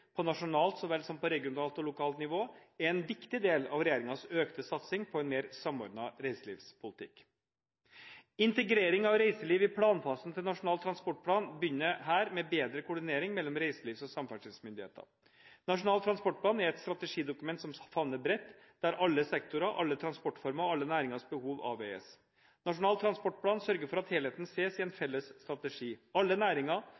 på nasjonalt så vel som på regionalt og lokalt nivå, er en viktig del av regjeringens økte satsing på en mer samordnet reiselivspolitikk. Integrering av reiseliv i planfasen til Nasjonal transportplan begynner her, med bedre koordinering mellom reiselivs- og samferdselsmyndighetene. Nasjonal transportplan er et strategidokument som favner bredt, der alle sektorer, alle transportformer og alle næringers behov avveies. Nasjonal transportplan sørger for at helheten ses i en felles strategi. Alle næringer